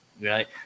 Right